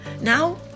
Now